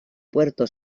puerto